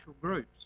groups